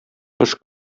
кыш